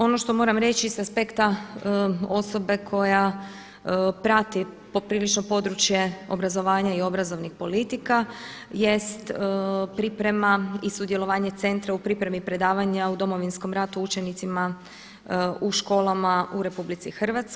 Ono što moram reći sa aspekta osobe koja prati poprilično područje obrazovanja i obrazovnih politika jest priprema i sudjelovanje centra u pripremi predavanja o Domovinskom ratu učenicima u školama u RH.